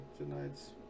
tonight's